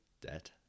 debt